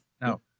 No